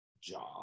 job